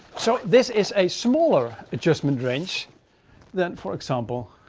so this is a smaller adjustment range than for example,